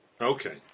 Okay